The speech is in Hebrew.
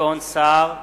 גדעון סער,